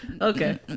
Okay